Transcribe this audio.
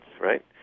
right